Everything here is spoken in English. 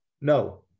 no